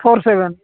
four seven